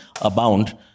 abound